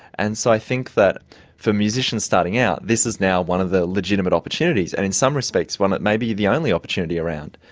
and so i think that for musicians starting out, this is now one of the legitimate opportunities and in some respects it may be the only opportunity around.